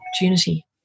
opportunity